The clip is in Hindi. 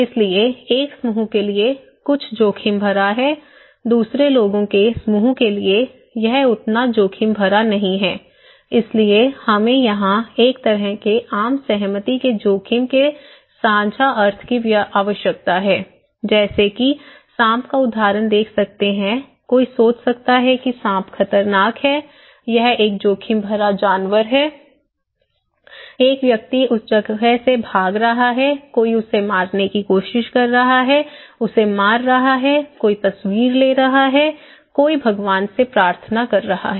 इसलिए एक समूह के लिए कुछ जोखिम भरा है दूसरे लोगों के समूह के लिए यह उतना जोखिम भरा नहीं है इसलिए हमें यहां एक तरह के आम सहमति के जोखिम के साझा अर्थ की आवश्यकता है जैसे कि सांप की उदाहरण देख सकते हैं कोई सोच सकता है कि सांप खतरनाक है यह एक जोखिम भरा जानवर है एक व्यक्ति उस जगह से भाग रहा है कोई उसे मारने की कोशिश कर रहा है उसे मार रहा है कोई तस्वीर ले रहा है कोई भगवान से प्रार्थना कर रहा है